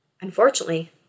Unfortunately